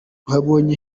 wabonye